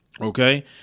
Okay